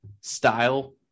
style